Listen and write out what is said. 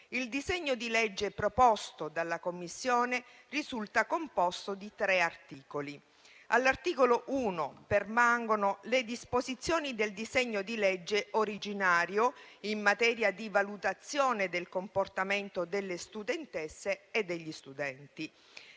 Il disegno di legge proposto dalla Commissione risulta composto di tre articoli. All'articolo 1 permangono le disposizioni del disegno di legge originario in materia di valutazione del comportamento delle studentesse e degli studenti.